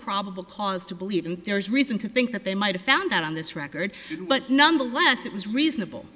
probable cause to believe and there is reason to think that they might have found that on this record but nonetheless it was reasonable